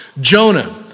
Jonah